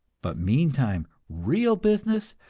but meantime real business,